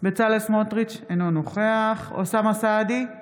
בצלאל סמוטריץ' אינו נוכח אוסאמה סעדי,